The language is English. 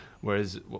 whereas